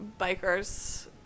bikers